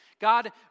God